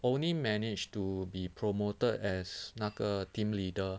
only managed to be promoted as 那个 team leader